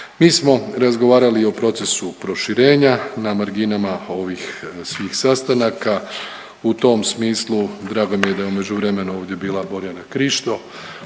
Mi smo razgovarali i o procesu proširenja na marginama ovih svih sastanaka. U tom smislu drago mi je da je u međuvremenu ovdje bila Borjana Krišto